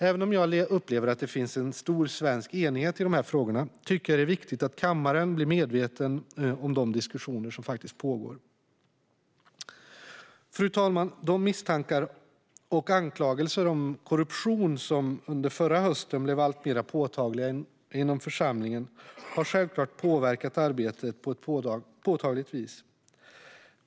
Även om jag upplever att det finns en stor svensk enighet i de här frågorna tycker jag att det är viktigt att kammaren blir medveten om de diskussioner som pågår. Fru talman! De misstankar och anklagelser om korruption som under förra hösten blev alltmer påtagliga inom församlingen har självklart påverkat arbetet i församlingen på ett påtagligt vis.